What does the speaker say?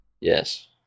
Yes